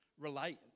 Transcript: relate